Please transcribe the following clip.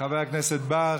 חבר הכנסת בר,